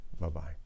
Bye-bye